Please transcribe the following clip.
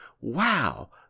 wow